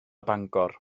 bangor